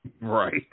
right